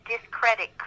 discredit